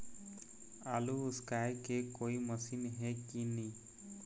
आलू उसकाय के कोई मशीन हे कि नी?